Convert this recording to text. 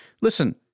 listen